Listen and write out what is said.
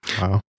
wow